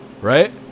Right